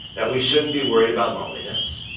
that we shouldn't be worried about loneliness.